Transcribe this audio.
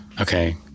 okay